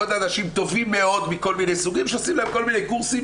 עוד אנשים טובים מאוד מכל מיני סוגים שעושים להן כל מיני קורסים,